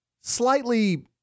Slightly